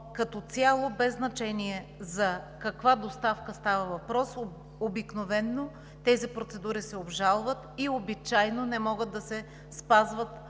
Като цяло, без значение за каква доставка става въпрос, обикновено тези процедури се обжалват и обичайно не могат да се спазват